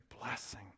blessing